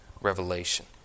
revelation